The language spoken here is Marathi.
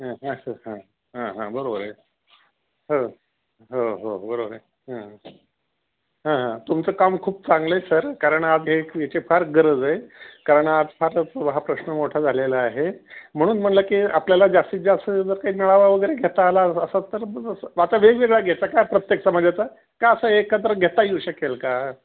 हां अस्स हां हां बरोबर आहे हो हो हो बरोबर आहे ह हां हां तुमचं काम खूप चांगलं आहे सर कारण आज हे याची फार गरज आहे कारण आज फार हा प्रश्न मोठं झालेला आहे म्हणून म्हणलं की आपल्याला जास्तीत जास्त जर काही मेळावा वगैरे घेता आला असंल तर तसं आता वेगवेगळा घ्यायचा का प्रत्येक समाजाचा का असं एकत्र घेता येऊ शकेल का